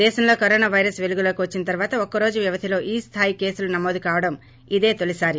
దేశంలో corona virus పెలుగులోకి వచ్చిన తర్వాత ఒక్కరోజు వ్యవధిలో ఈ స్తాయి కేసులు నమోదుకావడం ఇదే తొలిసారి